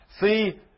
See